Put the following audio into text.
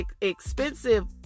expensive